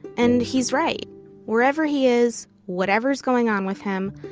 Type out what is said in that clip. and he's right wherever he is, whatever's going on with him,